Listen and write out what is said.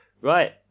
right